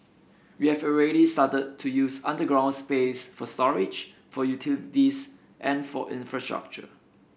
we have already started to use underground space for storage for utilities and for infrastructure